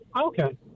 okay